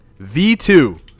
V2